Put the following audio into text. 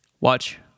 Watch